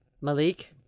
Malik